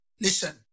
listen